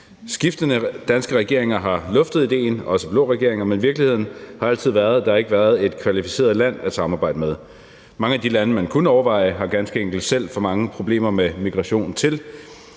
Skiftende danske regeringer har luftet idéen, også blå regeringer, men virkeligheden har altid været, at der ikke har været et kvalificeret land at samarbejde med. Mange af de lande, man kunne overveje, har ganske enkelt selv for mange problemer med migration, til